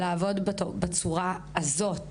לעבוד בצורה הזאת